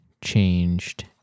changed